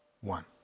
one